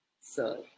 Sir